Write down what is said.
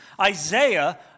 Isaiah